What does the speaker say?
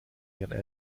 ihren